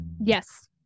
Yes